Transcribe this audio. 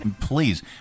please